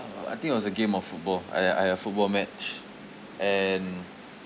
I think it was a game of football ah ya ah ya football match and